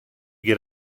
get